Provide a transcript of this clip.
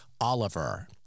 Oliver